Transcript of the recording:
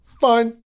Fine